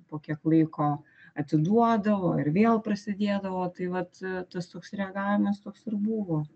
po kiek laiko atiduodavo ir vėl prasidėdavo tai vat tas toks reagavimas toks ir buvo